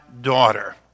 daughter